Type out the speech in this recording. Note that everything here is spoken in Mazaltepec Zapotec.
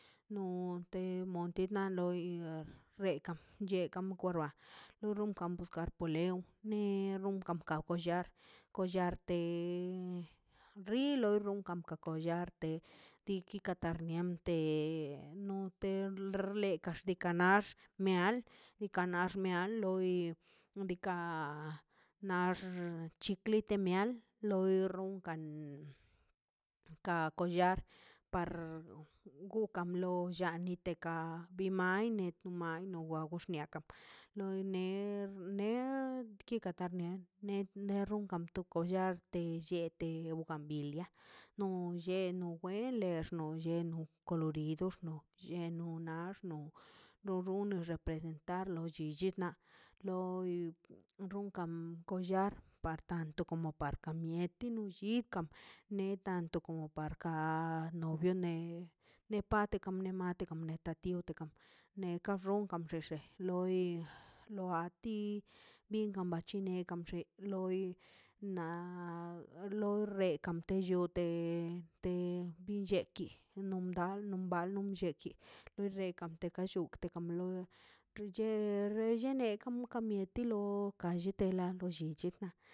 No te note na loi rekan llekan korbata loro kan polew ne ronkan kaw kollar kollarte te rilon row kam ko kollar diiki na karnian te no te xle ka kaxli kanax meal nika nax meal loi diikaꞌ nax chikliten meal loi runkan ka kollar par gukan lo lla niteka bi maine kollar de llete buganbulia no lle no we lex no lle kolorido nox lleno nax no lodo na representarlo billitna loi runkan kollar partanto komo ka mieti no llikan ne tanto komo par ka novio ne ne pate komo loi lo a ti bin gambi c̱he xi loi na no re tikam llote te bin lleki nom dal no bal no mbelleki to rekan to kab llu tep kan loi xu lle rellene kam no kamieti lo galletela lo llinaꞌ